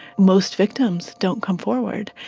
most victims don't come forward.